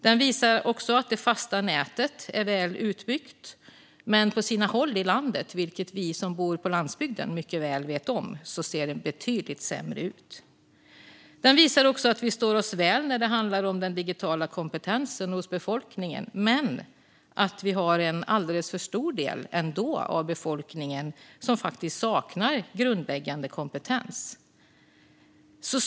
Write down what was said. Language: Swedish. Den visar också att det fasta nätet är väl utbyggt, men på sina håll i landet - vilket vi som bor på landsbygden mycket väl vet om - ser det betydligt sämre ut. Undersökningen visar dessutom att Sverige står sig väl när det handlar om den digitala kompetensen hos befolkningen men att en alldeles för stor del ändå saknar grundläggande kompetens.